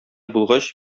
булгач